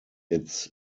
its